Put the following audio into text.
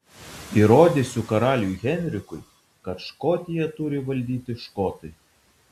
įrodysiu karaliui henrikui kad škotiją turi valdyti škotai